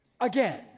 again